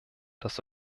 dass